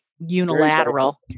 unilateral